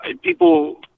people